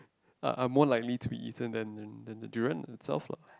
are are more likely to be eaten than than than the durian itself lah